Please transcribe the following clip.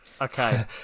Okay